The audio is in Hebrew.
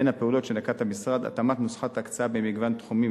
בין הפעולות שנקט המשרד: התאמת נוסחת ההקצאה במגוון תחומים,